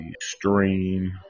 Stream